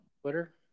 Twitter